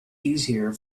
easier